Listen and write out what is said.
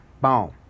boom